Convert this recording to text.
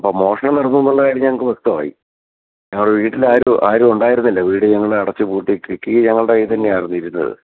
അപ്പം മോഷണം നടന്നു എന്നുള്ള കാര്യം ഞങ്ങൾക്ക് വ്യക്തമായി ഞങ്ങളെ വീട്ടിലാരും ആരും ഉണ്ടായിരുന്നില്ല വീട് ഞങ്ങൾ അടച്ചുപൂട്ടി കീ ഞങ്ങളുടെ കയ്യിൽ തന്നെയാണ് ഇരുന്നത്